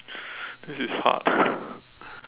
this is hard